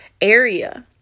area